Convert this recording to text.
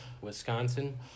Wisconsin